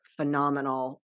phenomenal